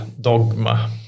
dogma